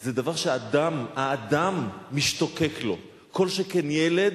זה דבר שהאדם משתוקק לו, כל שכן ילד